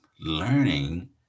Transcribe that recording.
learning